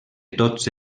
tots